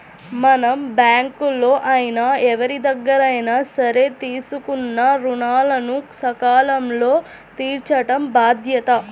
మనం బ్యేంకుల్లో అయినా ఎవరిదగ్గరైనా సరే తీసుకున్న రుణాలను సకాలంలో తీర్చటం బాధ్యత